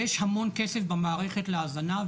יש המון כסף במערכת להזנה,